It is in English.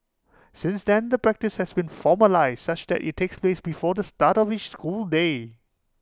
since then the practice has been formalised such that IT takes place before the start of each school day